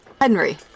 henry